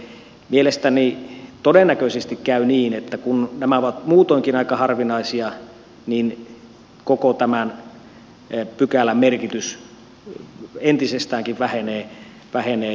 mielestäni tässä todennäköisesti käy niin että kun nämä ovat muutoinkin aika harvinaisia niin koko tämän pykälän merkitys entisestäänkin vähenee